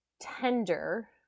tender